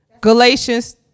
Galatians